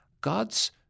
God's